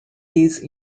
these